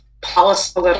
policy